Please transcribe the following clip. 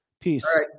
Peace